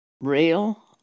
real